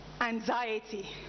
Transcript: anxiety